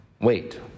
wait